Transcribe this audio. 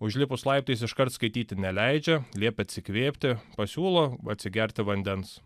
užlipus laiptais iškart skaityti neleidžia liepia atsikvėpti pasiūlo atsigerti vandens